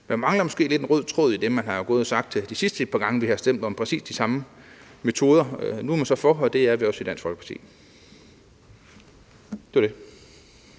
men jeg mangler måske lidt en rød tråd i det, man har gået og sagt de sidste par gange, vi har stemt om præcis de samme metoder. Nu er man så for, og det er vi også i Dansk Folkeparti. Det var det.